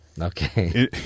Okay